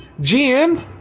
GM